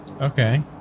Okay